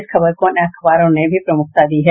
इस खबर को अन्य अखबारों ने भी प्रमुखता दी है